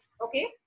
okay